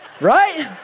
Right